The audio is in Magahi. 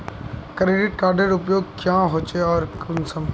क्रेडिट कार्डेर उपयोग क्याँ होचे आर कुंसम?